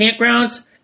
campgrounds